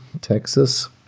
Texas